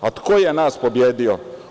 A tko je nas pobjedio?